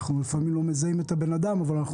לפעמים אנחנו לא מזהים את הבן אדם אבל אנחנו